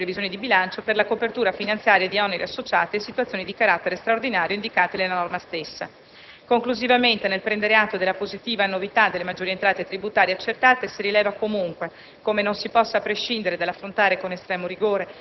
Tale norma regola l'utilizzo delle maggiori entrate rispetto alle previsioni di bilancio per la copertura finanziaria di oneri associati a situazioni di carattere straordinario indicate nella norma stessa. Conclusivamente, nel prendere atto della positiva novità delle maggiori entrate tributarie accertate, si rileva comunque